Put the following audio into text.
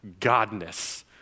godness